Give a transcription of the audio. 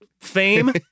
fame